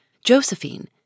Josephine